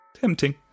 Tempting